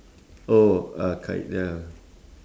oh uh kite ya